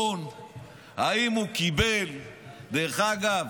דרך אגב,